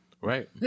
Right